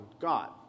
God